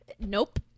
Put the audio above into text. Nope